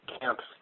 camps